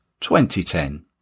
2010